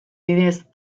bidez